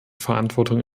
verantwortung